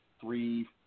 three